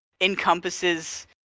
encompasses